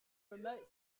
remote